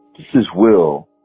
this is will,